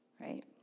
Right